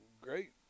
great